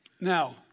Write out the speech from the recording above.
Now